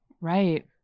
right